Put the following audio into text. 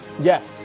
Yes